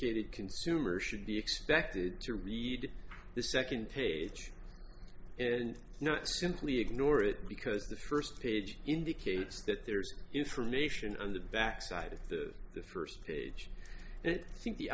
ed consumer should be expected to read the second page and not simply ignore it because the first page indicates that there's information on the back side of the the first page and it think the